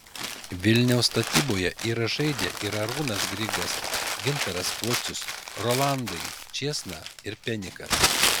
vilniaus statyboje yra žaidę ir arūnas grigas gintaras pocius rolandai čėsna ir penikas